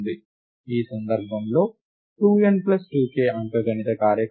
ఈ సందర్భంలో 2n plus 2k అంకగణిత కార్యకలాపాలు